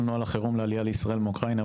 נוהל החירום לעלייה לישראל מאוקראינה,